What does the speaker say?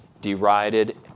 derided